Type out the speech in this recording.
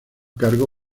cargo